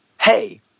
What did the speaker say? hey